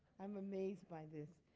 i'm amazed by this.